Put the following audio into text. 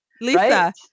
Lisa